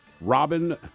Robin